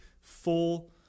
full